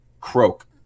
croak